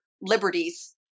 liberties